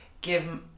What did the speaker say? give